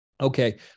Okay